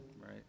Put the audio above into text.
right